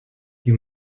you